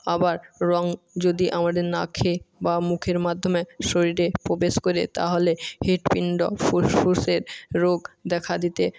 আবার রঙ যদি আমাদের নাকে বা মুখের মাধ্যমে শরীরে প্রবেশ করে তাহলে হৃৎপিণ্ড ফুসফুসের রোগ দেখা দিতে